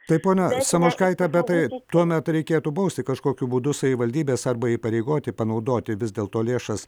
taip ponia samoškaite bet tai tuomet reikėtų bausti kažkokiu būdu savivaldybes arba įpareigoti panaudoti vis dėlto lėšas